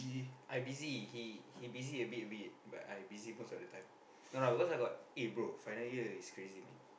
I busy he he busy a bit a bit but I busy most of the time no lah because I got eh bro final year is crazy man